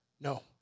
No